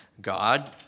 God